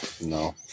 No